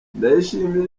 ndayishimira